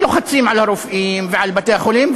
שלוחצים על הרופאים ועל בתי-החולים,